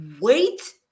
wait